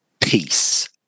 peace